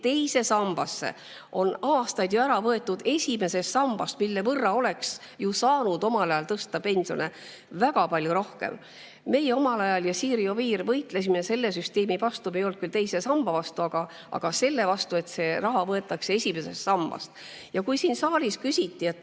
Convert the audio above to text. teise sambasse on aastaid võetud [raha] esimesest sambast, mille võrra oleks ju saanud omal ajal tõsta pensione väga palju rohkem. Meie ja Siiri Oviir võitlesime omal ajal selle süsteemi vastu. Me ei olnud küll teise samba vastu, aga selle vastu, et see raha võetakse esimesest sambast. Siin saalis küsiti,